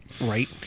Right